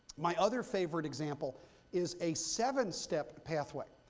my other favorite example is a seven step pathway,